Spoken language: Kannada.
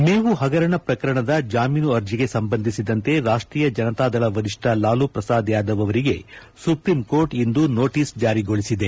ಮೇವು ಹಗರಣ ಪ್ರಕರಣದ ಜಾಮೀನು ಅರ್ಜಿಗೆ ಸಂಬಂಧಿಸಿದಂತೆ ರಾಷ್ಷೀಯ ಜನತಾದಳ ವರಿಷ್ಣ ಲಾಲೂ ಪ್ರಸಾದ್ ಯಾದವ್ ಅವರಿಗೆ ಸುಪ್ರೀಂ ಕೋರ್ಟ್ ಇಂದು ನೋಟಸ್ ಜಾರಿಗೊಳಿಸಿದೆ